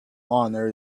honour